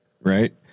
right